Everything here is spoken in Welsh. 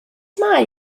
mae